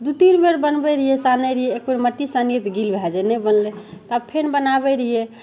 दू तीन बेर बनबय रहियै सानय रहियै एक बेर मट्टी सानियै तऽ गिल भए जाइ तऽ नहि बनलय तब फेन बनाबय रहियै